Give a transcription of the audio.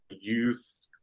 youth